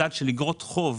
מדד של אגרות חוב,